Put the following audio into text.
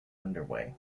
underway